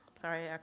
Sorry